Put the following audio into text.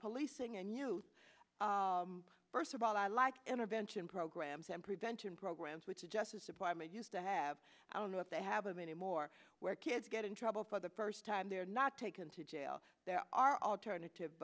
policing and you first of all i like intervention programs and prevention programs which the justice department used to have i don't know if they have them anymore where kids get in trouble for the first time they are not taken to jail there are alternative